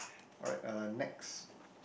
alright uh next